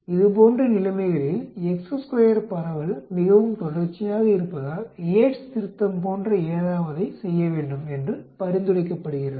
இதுபோன்ற நிலைமைகளில் பரவல் மிகவும் தொடர்ச்சியாக இருப்பதால் யேட்ஸ் திருத்தம் போன்ற ஏதாவதை செய்ய வேண்டும் என்று பரிந்துரைக்கப்படுகிறது